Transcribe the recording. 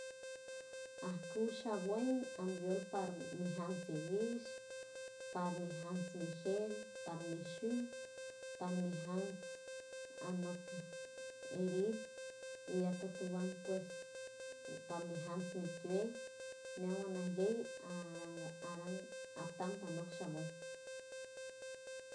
Aj kuj sha buen ambiol parmijan shiwish, parmijam mis gel, parmixan parmijanst anot erial y a tutuwan pues parmijam mi tuel miaguan maxguey arantapanosha buen.